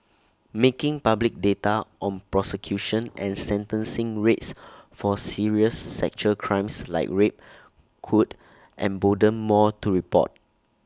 making public data on prosecution and sentencing rates for serious sexual crimes like rape could embolden more to report